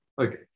Okay